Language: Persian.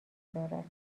دارد